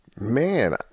Man